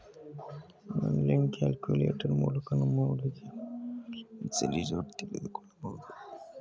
online calculator ಮೂಲಕ ನಮ್ಮ ಹೂಡಿಕೆಯ ಅಬ್ಸಲ್ಯೂಟ್ ರಿಟರ್ನ್ ತಿಳಿದುಕೊಳ್ಳಬಹುದು